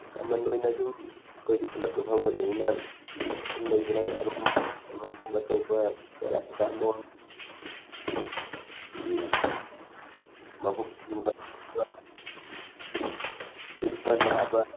ꯀꯃꯟ ꯑꯣꯏꯅ ꯁꯨꯝ ꯑꯩꯈꯣꯏꯗꯤ ꯈꯨꯜꯂꯛꯇ ꯐꯝꯒꯗꯃꯤꯅ ꯁꯨꯝ ꯂꯩꯗꯅ ꯑꯔꯨꯝ ꯐꯤꯕꯔꯒꯨꯝꯕ ꯇꯧꯕ ꯄꯦꯔꯥꯁꯤꯇꯥꯃꯣꯟ ꯑꯗꯒꯤ ꯃꯕꯨꯛ ꯊꯤꯟꯕ ꯈꯣꯠꯄ ꯆꯤꯛꯄ ꯅꯥꯕ